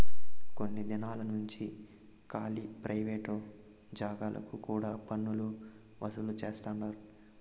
కొన్ని దినాలు నుంచి కాలీ ప్రైవేట్ జాగాలకు కూడా పన్నులు వసూలు చేస్తండారు